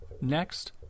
Next